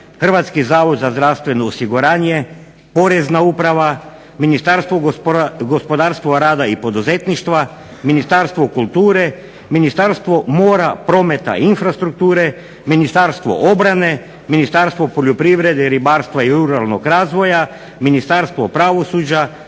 Hrvatski zavod za zdravstveno osiguranje, Porezna uprava, Ministarstvo gospodarstvo rada i poduzetništva, Ministarstvo kulture, Ministarstvo mora, prometa i infrastrukture, Ministarstvo obrane, Ministarstvo poljoprivrede, ribarstva i ruralnog razvoja, Ministarstvo pravosuđa,